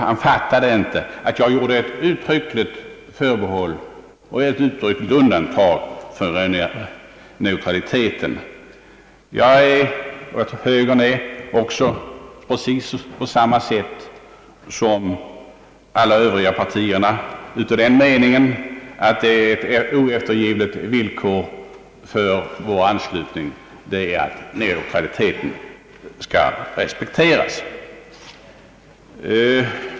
Han fattade uppenbarligen inte att jag gjorde ett uttryckligt undantag för neutraliteten. Jag liksom högerpartiet är, precis på samma sätt som alla övriga partier, av den meningen att ett oeftergivligt villkor för vår anslutning är att neutraliteten skall respekteras.